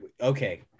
okay